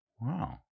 Wow